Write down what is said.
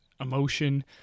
emotion